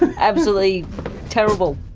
and absolutely terrible!